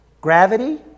gravity